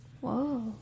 Whoa